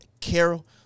Carol